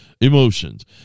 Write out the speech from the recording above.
emotions